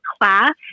class